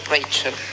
Rachel